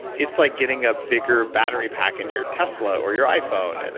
it's like getting a bigger battery pack in your tesla or your iphone. and